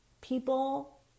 people